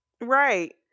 Right